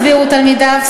הסבירו תלמידיו,